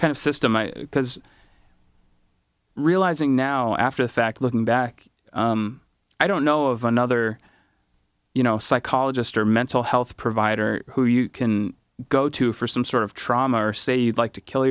kind of system because realizing now after the fact looking back i don't know of another you know psychologist or mental health provider who you can go to for some sort of trauma or say you'd like to kill